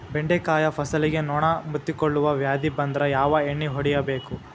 ಬೆಂಡೆಕಾಯ ಫಸಲಿಗೆ ನೊಣ ಮುತ್ತಿಕೊಳ್ಳುವ ವ್ಯಾಧಿ ಬಂದ್ರ ಯಾವ ಎಣ್ಣಿ ಹೊಡಿಯಬೇಕು?